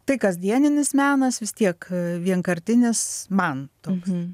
tai kasdieninis menas vis tiek vienkartinis man toks